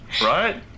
Right